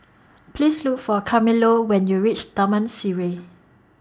Please Look For Carmelo when YOU REACH Taman Sireh